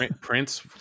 prince